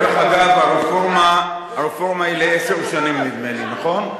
דרך אגב, הרפורמה היא לעשר שנים, נדמה לי, נכון?